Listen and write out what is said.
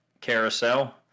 carousel